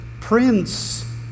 Prince